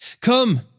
Come